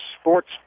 Sports